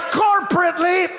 corporately